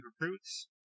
recruits